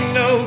no